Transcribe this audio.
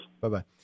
Bye-bye